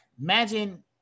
Imagine